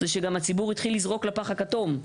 זה שגם הציבור התחיל לזרוק לפח הכתום,